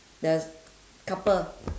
the couple